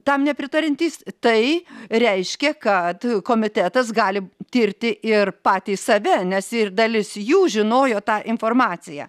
tam nepritariantys tai reiškia kad komitetas gali tirti ir patys save nes ir dalis jų žinojo tą informaciją